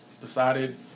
Decided